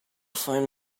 find